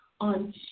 on